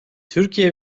türkiye